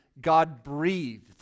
God-breathed